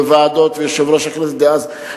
וועדות ויושב-ראש הכנסת דאז,